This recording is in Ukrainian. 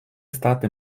стати